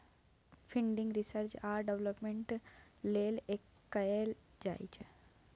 funding research आ development लेल कएल जाइ छै